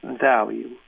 value